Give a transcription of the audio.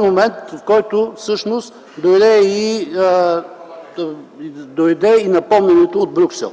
момента, в който всъщност дойде и напомнянето от Брюксел.